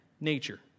nature